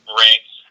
ranks